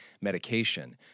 medication